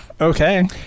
Okay